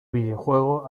videojuego